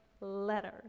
letter